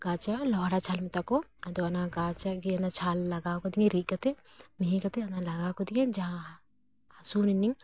ᱜᱟᱡᱟ ᱞᱚᱣᱲᱟ ᱪᱷᱟᱞ ᱢᱮᱛᱟᱜ ᱟᱠᱚ ᱟᱫᱚ ᱚᱱᱟ ᱜᱟᱪᱷ ᱨᱮᱱᱟᱜ ᱚᱱᱟ ᱪᱷᱟᱞ ᱞᱟᱜᱟᱣ ᱠᱟᱫᱤᱧ ᱨᱤᱫ ᱠᱟᱛᱮ ᱢᱤᱦᱤ ᱠᱟᱛᱮ ᱚᱱᱟ ᱞᱟᱜᱟᱣ ᱠᱟᱫᱤᱧᱟᱹ ᱡᱟ ᱦᱟᱥᱩ ᱱᱤᱱᱟᱹᱧ